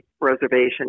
Reservation